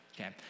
okay